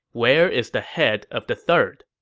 where is the head of the third?